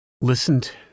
listened